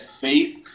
faith